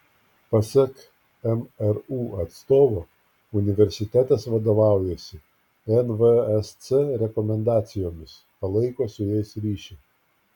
pasak mru atstovo universitetas vadovaujasi nvsc rekomendacijomis palaiko su jais ryšį